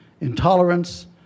intolerance